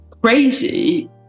crazy